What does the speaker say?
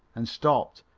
and stopped,